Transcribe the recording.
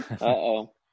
Uh-oh